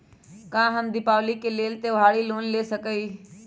का हम दीपावली के लेल त्योहारी लोन ले सकई?